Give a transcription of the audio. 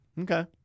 Okay